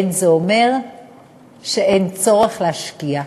אין זה אומר שאין צורך להשקיע.